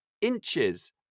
inches